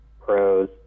pros